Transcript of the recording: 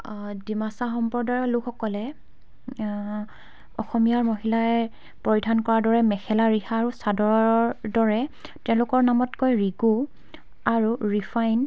ডিমাচা সম্প্ৰদায়ৰ লোকসকলে অসমীয়া মহিলাই পৰিধান কৰাৰ দৰে মেখেলা ৰিহা আৰু চাদৰৰ দৰে তেওঁলোকৰ নামত কয় ৰিগু আৰু ৰিফাইণ